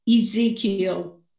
Ezekiel